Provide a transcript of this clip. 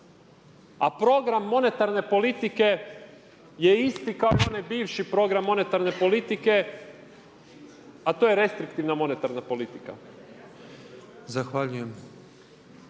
A program monetarne politike je isti kao i onaj bivši program monetarne politike, a to je restriktivna monetarna politika. **Petrov,